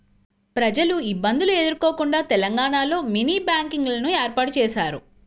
ప్రజలు ఇబ్బందులు ఎదుర్కోకుండా తెలంగాణలో మినీ బ్యాంకింగ్ లను ఏర్పాటు చేశారు